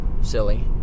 silly